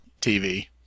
TV